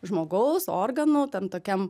žmogaus organų ten tokiam